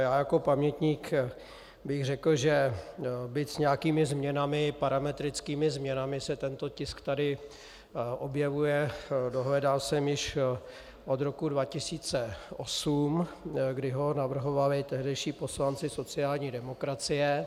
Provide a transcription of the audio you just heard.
Já jako pamětník bych řekl, že byť s nějakými změnami, parametrickými změnami, se tento tisk tady objevuje, dohledal jsem, již od roku 2008, kdy ho navrhovali tehdejší poslanci sociální demokracie.